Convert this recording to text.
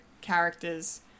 characters